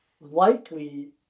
likely